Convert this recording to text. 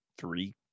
three